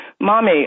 Mommy